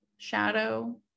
shadow